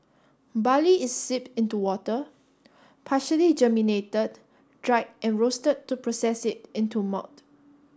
barley is steep in to water partially germinated dried and roasted to process it into malt